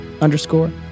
underscore